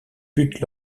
but